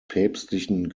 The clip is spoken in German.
päpstlichen